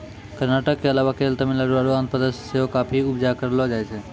कर्नाटक के अलावा केरल, तमिलनाडु आरु आंध्र प्रदेश मे सेहो काफी के उपजा करलो जाय छै